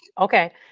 Okay